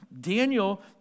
Daniel